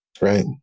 Right